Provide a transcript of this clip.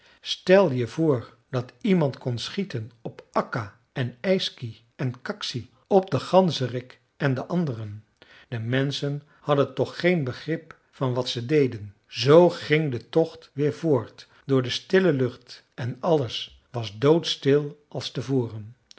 stel je voor dat iemand kon schieten op akka en yksi en kaksi op den ganzerik en de anderen de menschen hadden toch geen begrip van wat ze deden zoo ging de tocht weer voort door de stille lucht en alles was doodstil als te voren